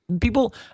People